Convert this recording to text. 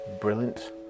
brilliant